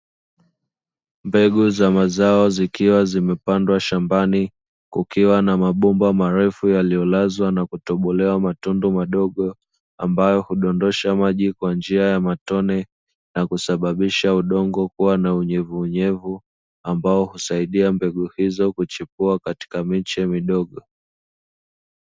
Mbegu za mazao zikiwa zimepandwa shambani, kukiwa na mabomba marefu yaliyolazwa na kutobolewa matundu madogo ambayo hudondosha maji kwa njia ya matoe na kusababisha udongo kuwa na unyevuunyevu ambao husaidia mbegu hizo kuchipua katika miche midogo.